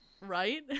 Right